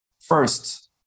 first